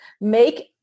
make